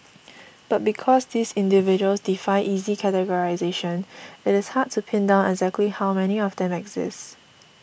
but because these individuals defy easy categorisation it is hard to pin down exactly how many of them exist